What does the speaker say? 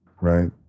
Right